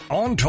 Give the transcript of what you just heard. on